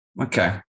Okay